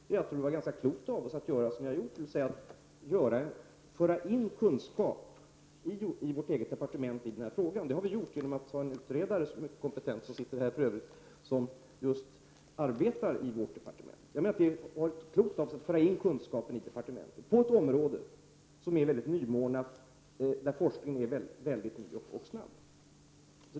Jag tror att det var ganska klokt av oss att göra som vi har gjort, dvs. föra in kunskap i vårt eget departement. Det har vi gjort genom att anlita en utredare som är kompetent. Jag menar att det är klokt av oss att föra in kunskap i departementet på ett område där forskningen är ny och går snabbt.